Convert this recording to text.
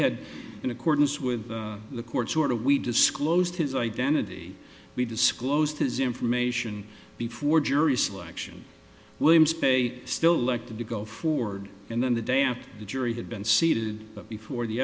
had in accordance with the court's order we disclosed his identity we disclosed his information before jury selection williams pay still like to go forward and then the day after the jury had been seated before the